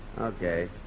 Okay